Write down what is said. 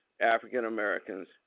African-Americans